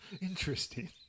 Interesting